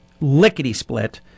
lickety-split